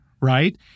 right